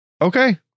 Okay